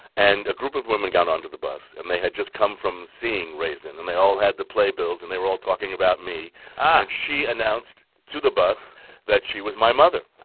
and a group of women got onto the bus, and they had just come from seeing raisin. and they all had the playbills. and they were all talking about me. and she announced to the bus that she was my mother,